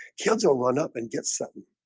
kids will run up and get something